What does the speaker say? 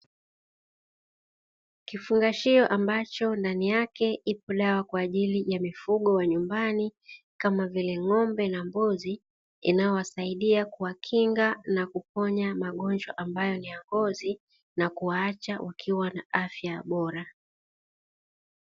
Kifungashio ambacho ndani yake ipo dawa kwa ajili ya mifugo ya nyumbani, kama vile ng'ombe na mbuzi, inayowasaidia kuwakinga na kuponya magonjwa ambayo ni ya ngozi, na kuwaacha wakiwa na afya bora.